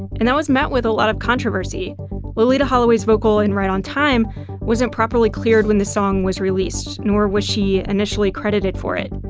and that was met with a lot of controversy loleatta holloway's vocal in ride on time wasn't properly cleared when the song was released nor was she initially credited for it.